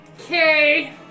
Okay